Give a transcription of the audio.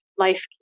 Life